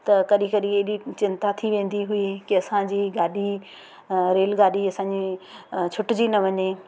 त कॾहिं कॾहिं एॾी चिंता थी वेंदी हुई कि असांजी गाॾी रेलगाॾी असांजी छुटिजी न वञे